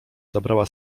zabrała